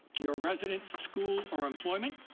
your residence, school or employment.